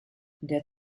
der